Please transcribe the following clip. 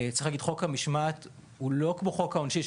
חוק המשמעת הוא לא כמו חוק העונשין,